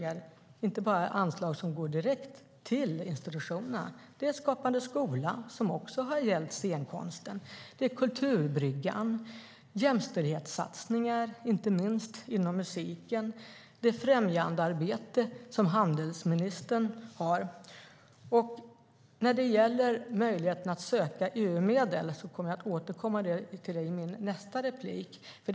Det är inte bara anslag som går direkt till institutionerna, utan det är Skapande skola, som också har gällt scenkonsten. Det är Kulturbryggan och jämställdhetssatsningar inte minst inom musiken. Det är främjandearbete, som handelsministern har. När det gäller möjligheten att söka EU-medel kommer jag att återkomma till det i mitt nästa inlägg.